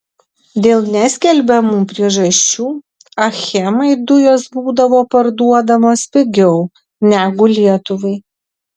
dėl neskelbiamų priežasčių achemai dujos būdavo parduodamos pigiau negu lietuvai